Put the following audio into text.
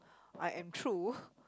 I am true